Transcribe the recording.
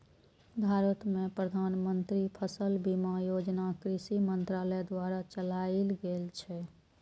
भारत मे प्रधानमंत्री फसल बीमा योजना कृषि मंत्रालय द्वारा चलाएल गेल छै